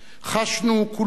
חשנו כולנו,